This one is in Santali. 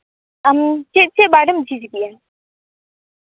ᱟᱢ ᱪᱮᱫ ᱪᱮᱫ ᱵᱟᱨᱮᱢ ᱡᱷᱤᱡᱽ ᱜᱮᱭᱟ